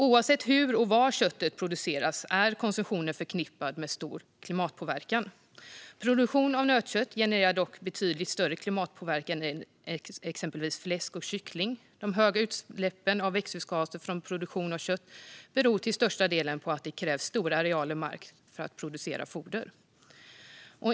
Oavsett hur och var köttet produceras är konsumtionen förknippad med stor klimatpåverkan. Produktion av nötkött genererar dock betydligt större klimatpåverkan än exempelvis fläsk och kyckling. De höga utsläppen av växthusgaser från produktion av kött beror till största delen på att det krävs stora arealer mark för att producera foder.